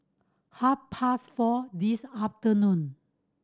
half past four this afternoon